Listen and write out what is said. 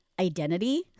identity